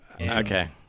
Okay